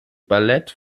ballett